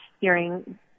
hearing